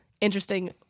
interesting